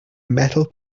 metal